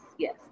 Yes